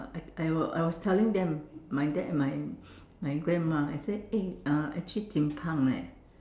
I was I was telling them my dad and my my grandma I said eh uh actually leh